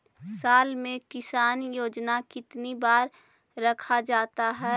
साल में किसान योजना कितनी बार रखा जाता है?